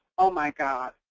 oh my god,